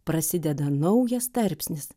prasideda naujas tarpsnis